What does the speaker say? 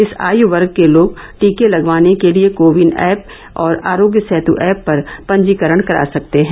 इस आयु वर्ग के लोग टीके लगवाने के लिए कोविन ऐप और आरोग्य सेतु ऐप पर पंजीकरण करा सकते हैं